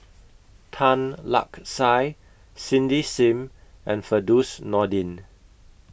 Tan Lark Sye Cindy SIM and Firdaus Nordin